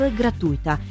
gratuita